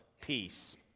peace